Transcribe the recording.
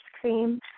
cream